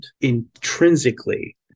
intrinsically